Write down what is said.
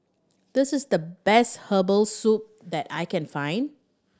this is the best herbal soup that I can find